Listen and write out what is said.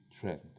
trend